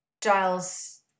Giles